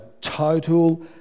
total